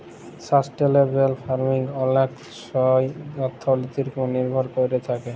sustainable farming অলেক ছময় অথ্থলিতির উপর লির্ভর ক্যইরে থ্যাকে